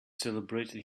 celebrating